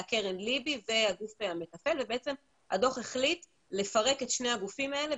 הייתה קרן לב"י והגוף המתפעל - הדוח החליט לפרק את שני הגופים האלה,